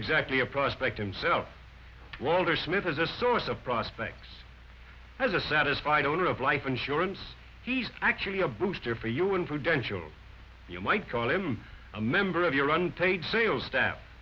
exactly a prospect himself walter smith is a source of prospects as a satisfied owner of life insurance he's actually a booster for human potential you might call him a member of the run paid sales staff